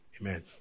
Amen